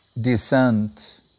descent